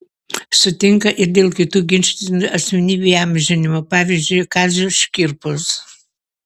sutinka ir dėl kitų ginčytinų asmenybių įamžinimo pavyzdžiui kazio škirpos